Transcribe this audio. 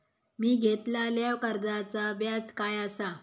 मी घेतलाल्या कर्जाचा व्याज काय आसा?